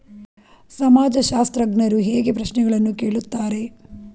ಸಮಾಜಶಾಸ್ತ್ರಜ್ಞರು ಹೇಗೆ ಪ್ರಶ್ನೆಗಳನ್ನು ಕೇಳುತ್ತಾರೆ?